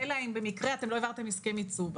אלא אם במקרה אתם לא העברתם הסכם ייצוג,